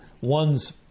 one's